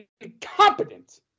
incompetent